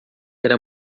era